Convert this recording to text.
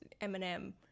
Eminem